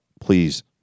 please